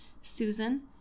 Susan